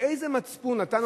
באיזה מצפון אתה נותן,